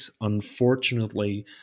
unfortunately